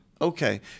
Okay